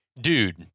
dude